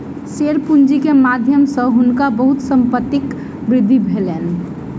share पूंजी के माध्यम सॅ हुनका बहुत संपत्तिक वृद्धि भेलैन